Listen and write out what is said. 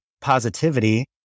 positivity